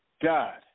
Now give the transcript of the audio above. God